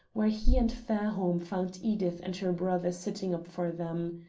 where he and fairholme found edith and her brother sitting up for them.